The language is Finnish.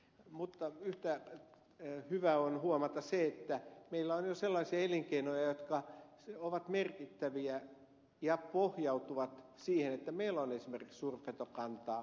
mutta yhtä hyvä on huomata se että meillä on jo sellaisia elinkeinoja jotka ovat merkittäviä ja pohjautuvat siihen että meillä on esimerkiksi suurpetokantaa